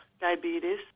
diabetes